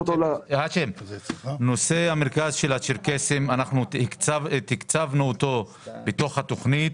נושא המרכז של הצ'רקסים, תקצבנו אותו בתוך התכנית.